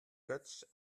götsch